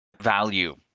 value